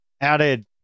Added